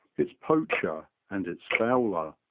its poacher, and its fowler.